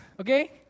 okay